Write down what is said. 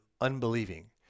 unbelieving